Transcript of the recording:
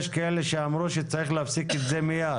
יש כאלה שאמרו שצריך להפסיק את זה מיד.,